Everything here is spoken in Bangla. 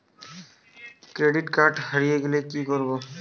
ক্রেডিট কার্ড হারিয়ে গেলে কি করব?